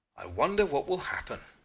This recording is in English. i wonder what will happen.